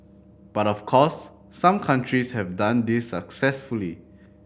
but of course some countries have done this successfully